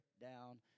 down